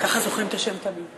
ככה זוכרים את השם תמיד.